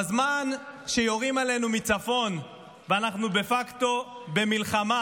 בזמן שיורים עלינו מצפון ואנחנו דה פקטו במלחמה,